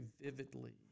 vividly